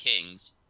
Kings